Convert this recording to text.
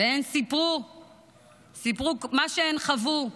וסיפרו מה שהן חוו,